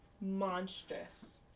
monstrous